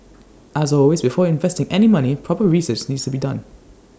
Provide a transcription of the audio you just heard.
as always before investing any money proper research needs to be done